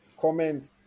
comment